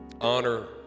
honor